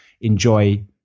enjoy